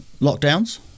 lockdowns